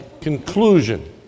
conclusion